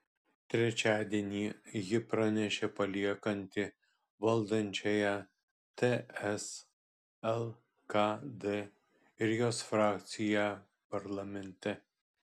trečiadienį ji pranešė paliekanti valdančiąją ts lkd ir jos frakciją parlamente